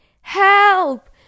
Help